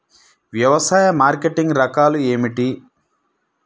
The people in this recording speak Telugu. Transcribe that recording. వ్యవసాయ మార్కెటింగ్ రకాలు ఏమిటి?